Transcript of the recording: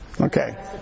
Okay